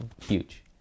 huge